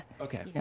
Okay